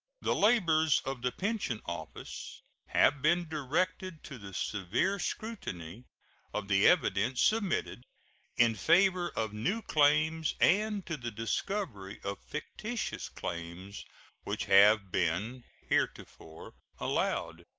the labors of the pension office have been directed to the severe scrutiny of the evidence submitted in favor of new claims and to the discovery of fictitious claims which have been heretofore allowed.